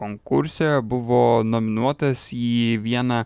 konkurse buvo nominuotas į vieną